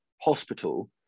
hospital